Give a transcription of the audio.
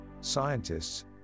Scientists